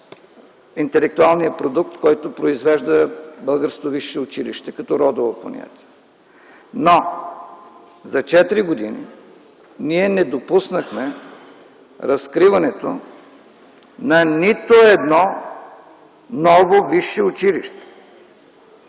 интелектуалния продукт, който произвежда българското висше училище, като родово понятие, но за четири години ние не допуснахме разкриването на нито едно ново висше училище,